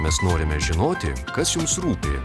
mes norime žinoti kas jums rūpi